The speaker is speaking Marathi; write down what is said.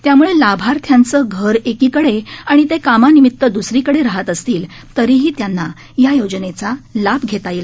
त्यामुळे लाभार्थ्यांचं घर एकीकडे आणि ते कामानिमित दुसरीकडे राहत असतील तरीही त्यांना या योजनेचा लाभ घेता येईल